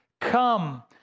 Come